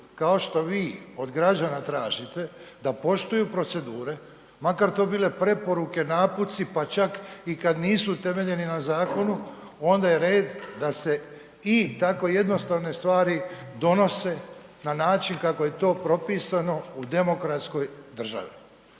kao što vi od građana tražite ta poštuju procedure, makar to bile preporuke, naputci, pa čak i kada nisu utemeljeni na zakonu onda je red da se i tako jednostavne stvari donose na način kako je to propisano u demokratskoj državi.